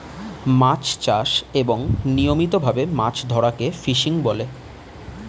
মাছ চাষ এবং নিয়মিত ভাবে মাছ ধরাকে ফিশিং বলে